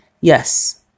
Yes